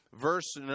verse